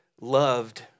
loved